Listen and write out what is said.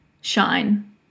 shine